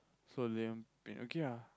so Liam-Payne okay ah